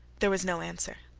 there was no answer.